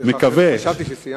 חשבתי שסיימת.